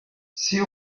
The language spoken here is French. six